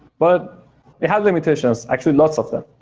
but we have limitations, actually lots of them.